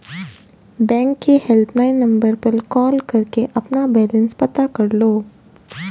bank के helpline number पर call करके अपना बैलेंस पता कर लो